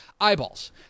eyeballs